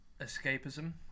escapism